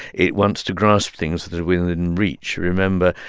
it wants to grasp things that are within reach. remember,